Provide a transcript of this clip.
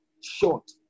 short